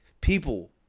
People